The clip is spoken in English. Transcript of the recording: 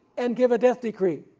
and give a death decree.